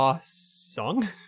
song